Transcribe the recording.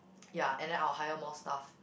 ya and then I will hire more staff